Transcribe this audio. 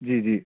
جی جی